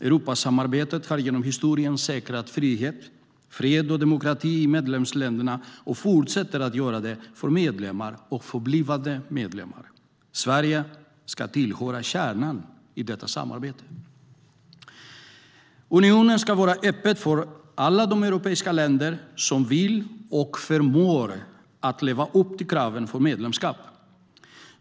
Europasamarbetet har genom historien säkrat frihet, fred och demokrati i medlemsländerna och fortsätter att göra det för medlemmar och för blivande medlemmar. Sverige ska tillhöra kärnan i detta samarbete. Unionen ska vara öppen för alla de europeiska länder som vill och förmår leva upp till kraven för medlemskap.